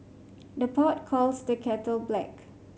the pot calls the kettle black